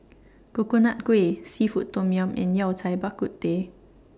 Coconut Kuih Seafood Tom Yum and Yao Cai Bak Kut Teh